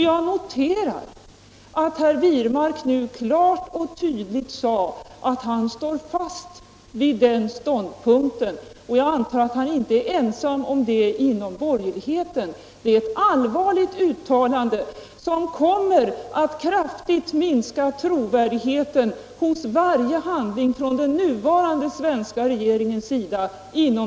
Jag noterar att herr Wirmark nu klart och tydligt sade att han står fast vid den ståndpunkten, och jag antar att han inte är ensam om det inom borgerligheten. Det är ett allvarligt uttalande, som kommer att kraftigt minska trovärdigheten inom den tredje världen hos varje handling från den nuvarande svenska regeringens sida.